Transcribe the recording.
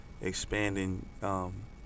expanding